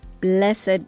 blessed